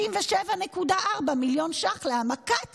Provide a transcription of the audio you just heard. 67.4 מיליון ש"ח להעמקת